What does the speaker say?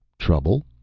trouble?